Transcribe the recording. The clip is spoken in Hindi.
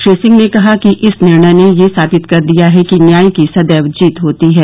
श्री सिंह ने कहा कि इस निर्णय ने यह साबित कर दिया है कि न्याय की सदैव जीत होती है